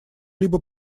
либо